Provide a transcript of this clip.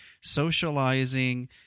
socializing